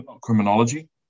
Criminology